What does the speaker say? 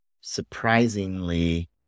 surprisingly